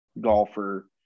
golfer